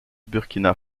burkina